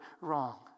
wrong